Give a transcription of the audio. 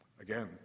again